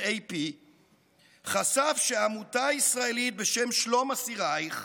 AP חשף שעמותה ישראלית בשם "שלום אסירייך"